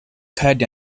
card